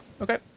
Okay